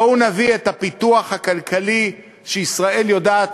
בואו נביא את הפיתוח הכלכלי שישראל יודעת